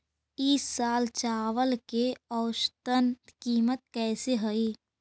ई साल चावल के औसतन कीमत कैसे हई?